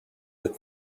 with